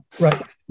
Right